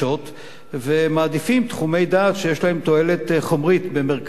ומעדיפים תחומי דעת שיש בהם תועלת חומרית במרכזם,